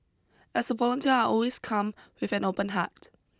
as a volunteer I always come with an open heart